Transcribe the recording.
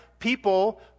People